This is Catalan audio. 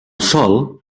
sòl